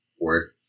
work